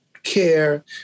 care